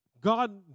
God